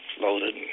loaded